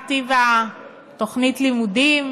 מה טיב תוכנית הלימודים